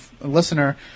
listener